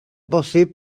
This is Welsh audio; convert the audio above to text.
bosib